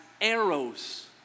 arrows